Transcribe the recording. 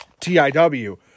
TIW